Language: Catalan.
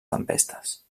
tempestes